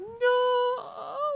No